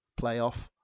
playoff